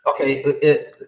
Okay